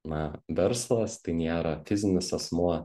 na verslas tai nėra fizinis asmuo